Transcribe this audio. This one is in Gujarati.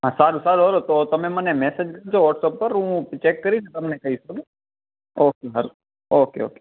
હા સારું સારું ચાલો તો તમે મને મેસેજ મૂકજો વોટ્સઅપ પર હું ચૅક કરીશ તમને કહીશ બરોબર ઓકે ચાલો ઓકે ઓકે